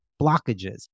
blockages